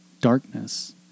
darkness